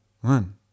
One